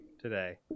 today